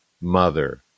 mother